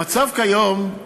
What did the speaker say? המצב כיום הוא,